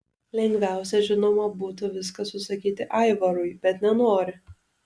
lengviausia žinoma būtų viską susakyti aivarui bet nenori